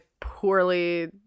poorly